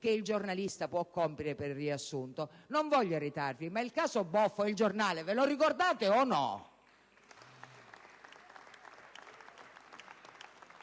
che il giornalista può compiere per riassunto? Non voglio irritarvi, ma il caso Boffo e «il Giornale» lo ricordate o no?